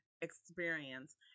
experience